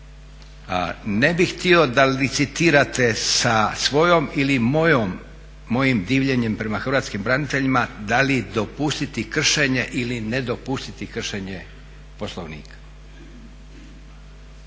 ne bih htio da licitirate sa svojom ili mojom, mojim divljenjem prema hrvatskim braniteljima da li dopustiti kršenje ili ne dopustiti kršenje Poslovnika.